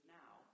now